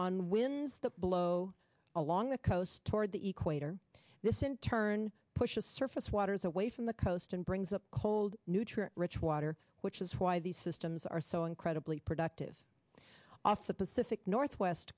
wins that blow along the coast toward the quake or this in turn push the surface waters away from the coast and brings up cold nutrient rich water which is why these systems are so incredibly productive off the pacific northwest